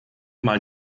mal